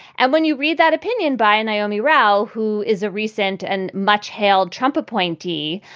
and when you read that opinion by naomi rao, who is a recent and much hailed trump appointee,